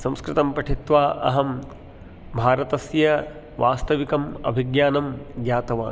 संस्कृतं पठित्वा अहं भारतस्य वास्तविकम् अभिज्ञानं ज्ञातवान्